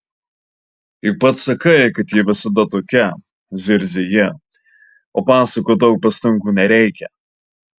juk pats sakai kad ji visada tokia zirzia ji o pasakot daug pastangų nereikia